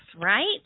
right